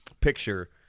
picture